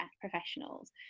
professionals